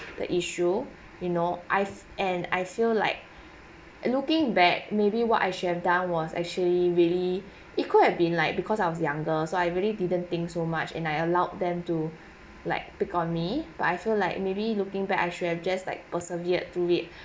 the issue you know I've and I feel like looking back maybe what I should have done was actually really it could have been like because I was younger so I really didn't think so much and I allowed them to like pick on me but I feel like maybe looking back I should have just like persevered through it